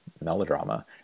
Melodrama